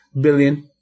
billion